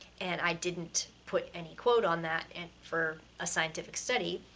and i didn't put any quote on that and, for a scientific study,